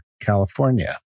California